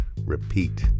repeat